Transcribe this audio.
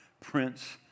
Prince